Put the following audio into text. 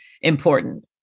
important